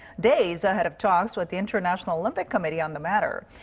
days ahead of talks with the international olympic committee on the matter.